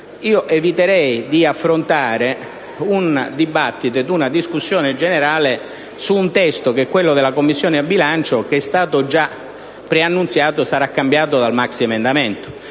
io eviterei di affrontare un dibattito ed una discussione generale su un testo, quello della Commissione bilancio, che è stato già preannunziato sarà cambiato dal maxiemendamento,